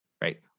right